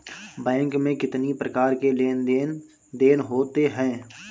Bank में कितनी प्रकार के लेन देन देन होते हैं?